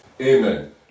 Amen